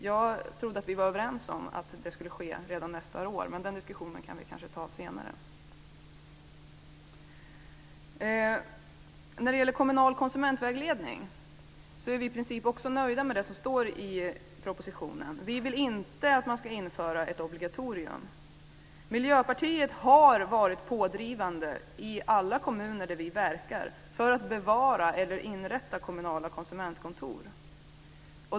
Jag trodde att vi var överens om att det skulle ske redan nästa år. Men den diskussionen kan vi ta senare. När det gäller kommunal konsumentvägledning är vi i princip nöjda med det som står i propositionen. Vi vill inte att man ska införa ett obligatorium. Miljöpartiet har varit pådrivande i alla kommuner där vi verkar för att bevara eller inrätta kommunala konsumentkontor.